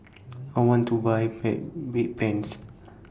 I want to Buy bad Bedpans